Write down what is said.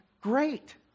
great